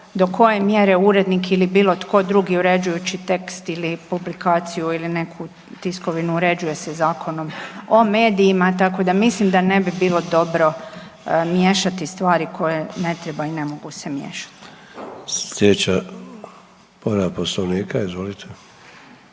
do koje mjere urednik ili bilo tko drugi uređujući tekst ili publikaciju ili neku tiskovinu uređuje se Zakonom o medijima, tako da mislim da ne bi bilo dobro miješati stvari koje ne treba i ne mogu se miješati. **Sanader, Ante (HDZ)** Povreda Poslovnika, izvolite.